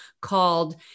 called